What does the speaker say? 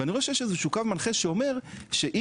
ואני רואה שיש איזשהו קו מנחה שאומר שאם